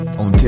on